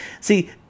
See